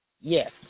Yes